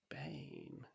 Spain